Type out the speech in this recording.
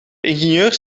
ingenieurs